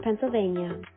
Pennsylvania